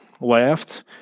left